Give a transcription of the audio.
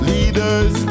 Leaders